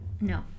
No